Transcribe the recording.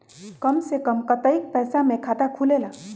कम से कम कतेइक पैसा में खाता खुलेला?